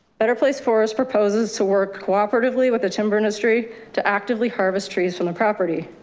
better place for us proposes to work cooperatively with the timber industry to actively harvest trees from the property.